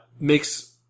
Makes